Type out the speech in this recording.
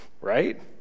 right